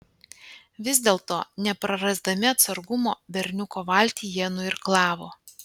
vis dėlto neprarasdami atsargumo berniuko valtį jie nuirklavo